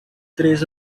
três